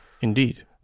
Indeed